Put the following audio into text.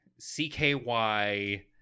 CKY